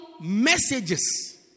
messages